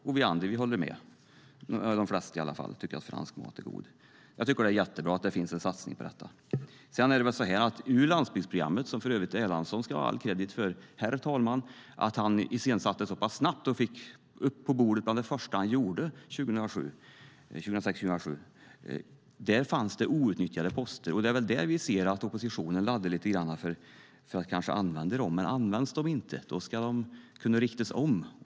Och vi andra håller med - åtminstone de flesta tycker att fransk mat är god. Jag tycker att det är jättebra att det finns en satsning på detta. I landsbygdsprogrammet - som för övrigt Erlandsson ha all kredd för, herr talman, att han iscensatte så pass snabbt och fick upp på bordet bland det första han gjorde 2006-2007 - fanns det outnyttjade poster. Det är väl där vi ser att oppositionen lite grann laddar för att använda dem. Används de inte ska de kunna riktas om.